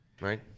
right